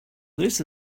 this